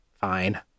fine